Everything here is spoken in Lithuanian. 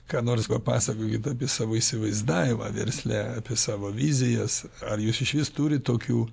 ką nors papasakokit apie savo įsivaizdavimą versle apie savo vizijas ar jūs išvis turit tokių